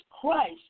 Christ